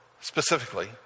specifically